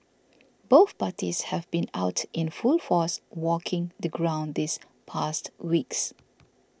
both parties have been out in full force walking the ground these past weeks